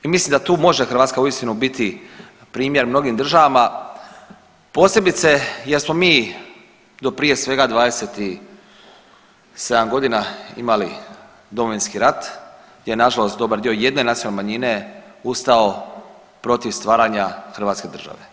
I mislim da tu može Hrvatska uistinu biti primjer mnogim državama posebice jer smo mi do prije svega 20 i 7 godina imali Domovinski rat gdje je nažalost dobar dio jedne nacionalne manjine ustao protiv stvaranja hrvatske države.